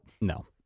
No